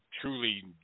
truly